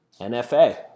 NFA